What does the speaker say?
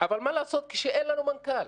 אבל מה לעשות כשאין לנו מנכ"ל,